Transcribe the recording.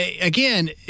Again